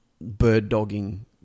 bird-dogging